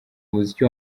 umuziki